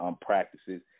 practices